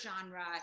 genre